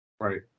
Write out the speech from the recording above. right